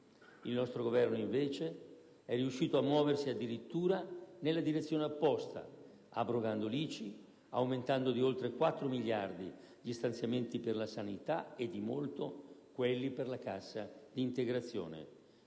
Il nostro Governo, invece, è riuscito a muoversi addirittura nella direzione opposta, abrogando l'ICI, aumentando di oltre quattro miliardi gli stanziamenti per la sanità e di molto quelli per la cassa integrazione.